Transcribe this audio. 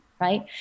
right